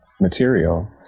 material